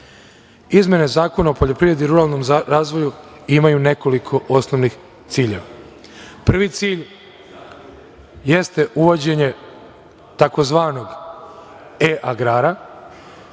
Zakona o poljoprivredi i ruralnom razvoju imaju nekoliko osnovnih ciljeva. Prvi cilj jeste uvođenje tzv. E agrara.